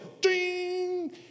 ding